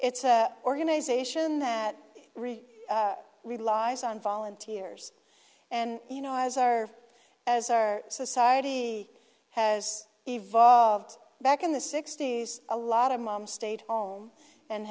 it's organization that relies on volunteers and you know as our as our society has evolved back in the sixty's a lot of mom stayed home and